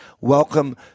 Welcome